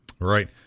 right